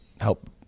help